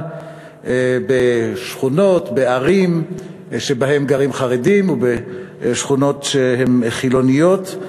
בשכונות בערים שבהן גרים חרדים ובשכונות שהן חילוניות.